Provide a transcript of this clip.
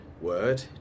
word